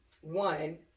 one